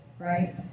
Right